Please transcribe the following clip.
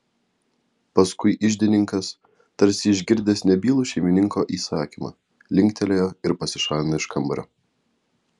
paskui iždininkas tarsi išgirdęs nebylų šeimininko įsakymą linktelėjo ir pasišalino iš kambario